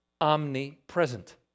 omnipresent